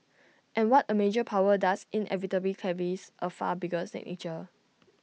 and what A major power does inevitably carries A far bigger signature